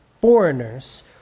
foreigners